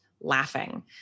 laughing